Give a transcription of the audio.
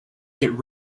get